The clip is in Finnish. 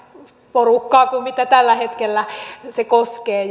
porukkaa kuin mitä se tällä hetkellä se koskee